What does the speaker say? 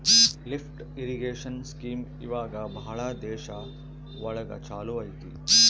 lift irrigation scheme ಇವಾಗ ಭಾಳ ದೇಶ ಒಳಗ ಚಾಲೂ ಅಯ್ತಿ